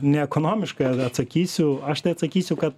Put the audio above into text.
neekonomiškai atsakysiu aš tai atsakysiu kad